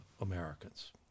Americans